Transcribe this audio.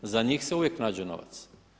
Za njih se uvijek nađe novac.